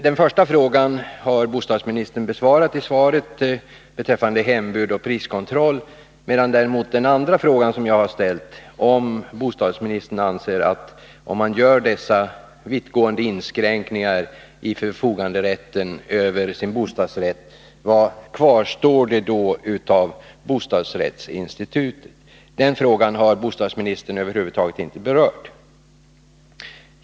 Den första frågan, beträffande hembud och priskontroll, har bostadsministern besvarat, medan bostadsministern över huvud taget inte har berört den andra fråga som jag har ställt, om vad bostadsministern anser kommer att kvarstå av bostadsrättsinstitutet om dessa vittgående inskränkningar i förfoganderätten över en bostadsrätt införs.